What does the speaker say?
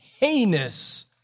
heinous